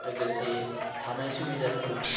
लोगोसे थानाय सुबिदाखौ